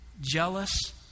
jealous